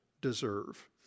deserve